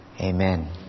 Amen